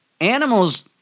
animals